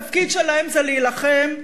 התפקיד שלהם זה להילחם.